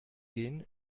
gehen